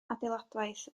adeiladwaith